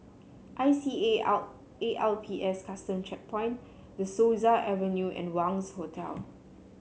I C A L A L P S Custom Checkpoint De Souza Avenue and Wangz Hotel